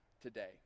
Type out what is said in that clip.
today